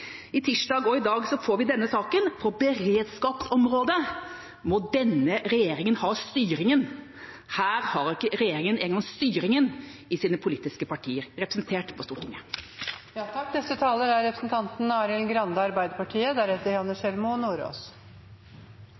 tirsdag og i dag får vi denne saken. På beredskapsområdet må denne regjeringa ha styring. Her har ikke regjeringa engang styring på sine politiske partier representert på Stortinget. Jeg synes Fremskrittspartiets håndtering av denne saken er